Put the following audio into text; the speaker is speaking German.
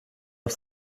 auf